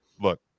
Look